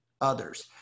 others